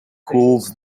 cools